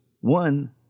one